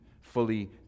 fully